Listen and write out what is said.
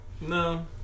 No